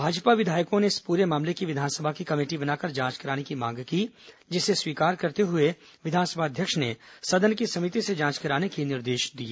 भाजपा विधायकों ने इस पूरे मामले की विधानसभा की कमेटी बनाकर जांच कराने की मांग की जिसे स्वीकार करते हुए विधानसभा अध्यक्ष ने सदन की समिति से जांच कराने के निर्देष दिए